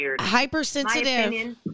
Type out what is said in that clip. hypersensitive